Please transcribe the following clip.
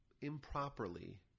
improperly